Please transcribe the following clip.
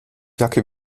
jacke